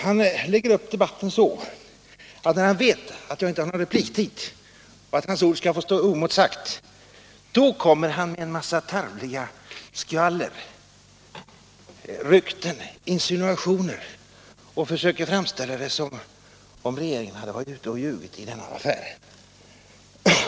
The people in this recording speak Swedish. Han lägger upp debatten så att när han vet att jag inte har någon repliktid och hans ord skall få stå oemotsagt, då kommer han med en massa tarvligt skvaller, rykten och insinuationer och försöker framställa det som om den förra regeringen har ljugit i denna affär.